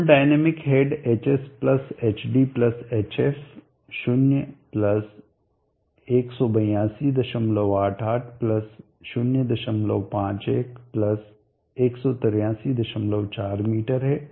कुल dynamic head hshdhf 0182880511834 metre है